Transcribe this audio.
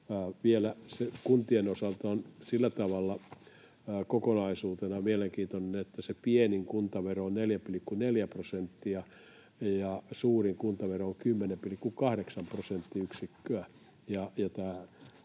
tavalla kokonaisuutena mielenkiintoinen, että se pienin kuntavero on 4,4 prosenttia ja suurin kuntavero on 10,8 prosenttiyksikköä,